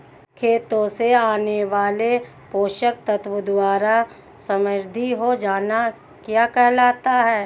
खेतों से आने वाले पोषक तत्वों द्वारा समृद्धि हो जाना क्या कहलाता है?